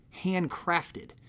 handcrafted